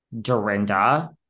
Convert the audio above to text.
Dorinda